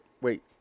wait